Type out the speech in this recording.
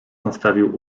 nastawił